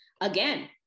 Again